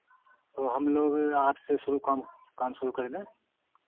तो हम लोग आठ से शुरू काम शुरू कर दें